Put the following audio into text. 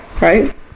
right